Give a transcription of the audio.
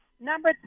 Number